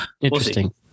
interesting